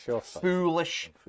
foolish